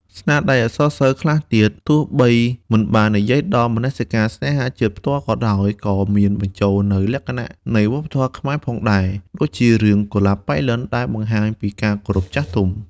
ស្នាដៃអក្សរសិល្ប៍ខ្លះទៀត ទោះបីមិនបាននិយាយដល់មនសិការស្នេហាជាតិផ្ទាល់ក៏ដោយ ក៏មានបញ្ចូលនូវលក្ខណៈនៃវប្បធម៌ខ្មែរផងដែរ ដូចជារឿង «កុលាបប៉ៃលិន» ដែលបង្ហាញពីការគោរពចាស់ទុំ។